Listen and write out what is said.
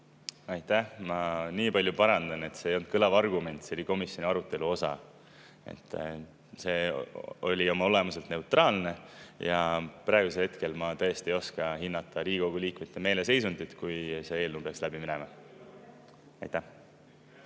Aitäh! Ma nii palju parandan, et see ei olnud kõlav argument, see oli komisjoni arutelu osa. See oli oma olemuselt neutraalne. Aga praegu ma tõesti ei oska hinnata Riigikogu liikmete meeleseisundit, kui see eelnõu peaks läbi minema. Aitäh!